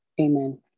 Amen